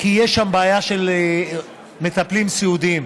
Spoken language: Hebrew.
כי יש שם בעיה של מטפלים סיעודיים,